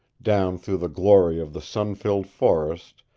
down through the glory of the sun-filled forest,